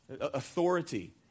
Authority